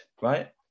right